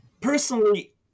Personally